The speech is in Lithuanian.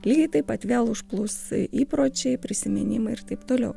lygiai taip pat vėl užplūs įpročiai prisiminimai ir taip toliau